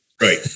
Right